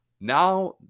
Now